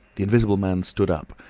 the invisible man stood up,